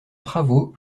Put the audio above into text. travaux